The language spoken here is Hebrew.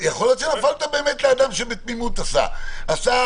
יכול להיות שנפלתם על אדם שבתמימות עשה,